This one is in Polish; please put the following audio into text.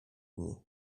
dni